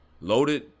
loaded